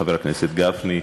חבר הכנסת גפני,